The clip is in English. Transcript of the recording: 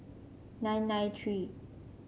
nine nine three